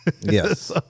Yes